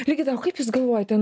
ligita o kaip jūs galvojate